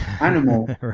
animal